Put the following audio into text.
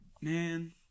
man